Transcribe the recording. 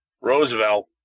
Roosevelt